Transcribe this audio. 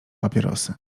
papierosy